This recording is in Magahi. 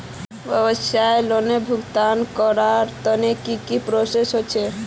व्यवसाय लोन भुगतान करवार तने की की प्रोसेस होचे?